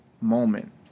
moment